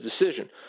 decision